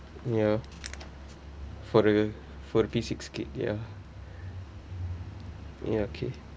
ya for the for the P six kid ya ya okay